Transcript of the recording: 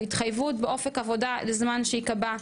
והתחייבות באופק עבודה לזמן שייקבע,